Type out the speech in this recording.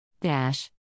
Dash